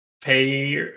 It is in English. pay